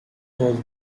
was